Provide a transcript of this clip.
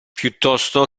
piuttosto